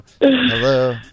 Hello